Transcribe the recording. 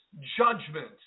judgment